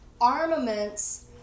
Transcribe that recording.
armaments